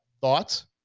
thoughts